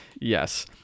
Yes